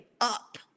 up